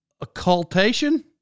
occultation